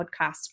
podcast